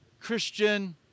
Christian